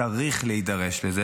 צריך להידרש לזה.